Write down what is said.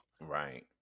Right